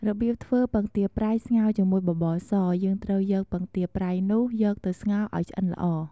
របៀបធ្វើពងទាប្រៃស្ងោរជាមួយបបរស យើងត្រូវយកពងទាប្រៃនោះ យកទៅស្ងោរឱ្យឆ្អិនល្អ។